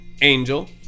Angel